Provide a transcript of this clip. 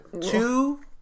two